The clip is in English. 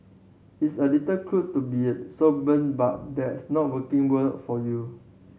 it's a little cruel to be so blunt but that's not working world for you